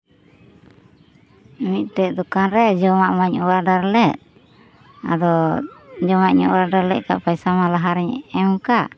ᱢᱤᱫᱴᱮᱡ ᱫᱳᱠᱟᱱᱨᱮ ᱡᱚᱢᱟ ᱢᱟᱧ ᱚᱨᱰᱟᱨ ᱞᱮᱫ ᱟᱫᱚ ᱡᱚᱢᱟ ᱢᱟᱧ ᱚᱨᱰᱟᱨ ᱞᱮᱫ ᱠᱷᱟᱱᱢᱟ ᱯᱟᱭᱥᱟ ᱢᱟ ᱞᱟᱦᱟ ᱨᱮᱧ ᱮᱢ ᱠᱟᱜ